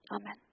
Amen